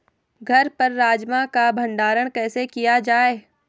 घर पर राजमा का भण्डारण कैसे किया जाय?